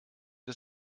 des